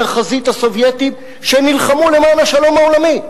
החזית הסובייטית שנלחמו למען השלום העולמי,